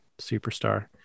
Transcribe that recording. superstar